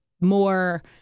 more